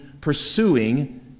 pursuing